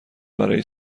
برای